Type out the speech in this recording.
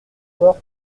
fort